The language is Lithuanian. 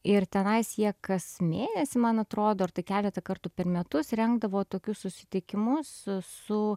ir tenais jie kas mėnesį man atrodo ar tai keletą kartų per metus rengdavo tokius susitikimus su